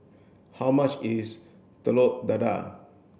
how much is Telur Dadah